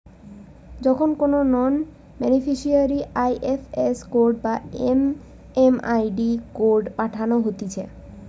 যখন কোনো নন বেনিফিসারিকে আই.এফ.এস কোড বা এম.এম.আই.ডি কোড পাঠানো হতিছে